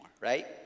right